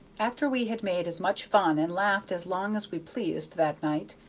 after we had made as much fun and laughed as long as we pleased that night,